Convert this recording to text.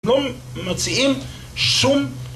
נום, מוצאים, שום…